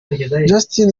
justine